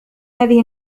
هذه